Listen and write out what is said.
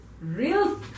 real